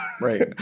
Right